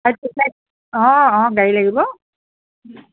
অঁ অঁ গাড়ী লাগিব